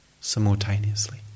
simultaneously